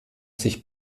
sich